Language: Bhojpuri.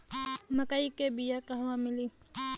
मक्कई के बिया क़हवा मिली?